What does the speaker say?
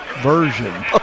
version